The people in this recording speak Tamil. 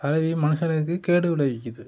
அதுலேயும் மனுஷனுக்கு கேடு விளைவிக்கிறது